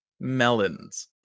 melons